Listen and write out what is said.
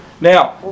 Now